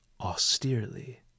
austerely